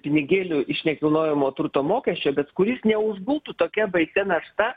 pinigėlių iš nekilnojamo turto mokesčio bet kuris neužgultų tokia baisia našta